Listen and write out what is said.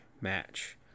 match